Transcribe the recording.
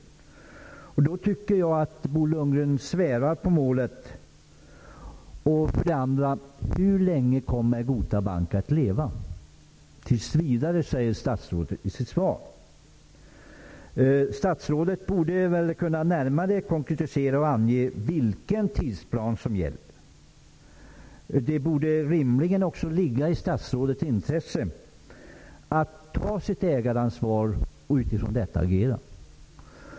Jag tycker för det första att Bo Lundgren svävar på målet. För det andra undrar jag: Hur länge kommer Gota Bank att leva? Tills vidare säger statsrådet i sitt svar. Statsrådet borde väl närmare kunna konkretisera och ange vilken tidsplan som gäller. Det borde rimligen också ligga i statsrådets intresse att ta sitt ägaransvar och utifrån detta agera.